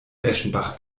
eschenbach